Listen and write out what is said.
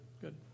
good